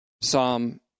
Psalm